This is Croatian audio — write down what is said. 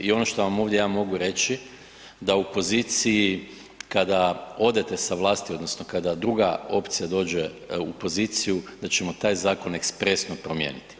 I ono što vam ja ovdje mogu reći, da u poziciji kada odete sa vlasti odnosno kada druga opcija dođe u poziciju, da ćemo taj zakon ekspresno promijeniti.